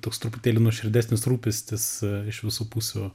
toks truputėlį nuoširdesnis rūpestis iš visų pusių